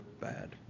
bad